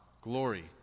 glory